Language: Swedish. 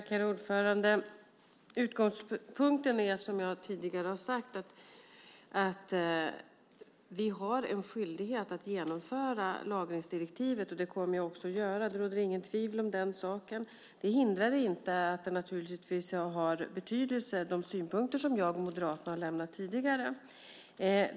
Herr talman! Utgångspunkten är, som jag tidigare har sagt, att vi har en skyldighet att genomföra lagringsdirektivet, och det kommer jag också att göra. Det råder inget tvivel om den saken. Det hindrar inte att de synpunkter som jag och Moderaterna har lämnat tidigare naturligtvis har betydelse.